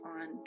on